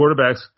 quarterbacks